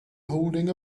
holding